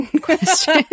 question